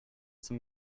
some